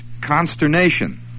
consternation